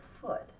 foot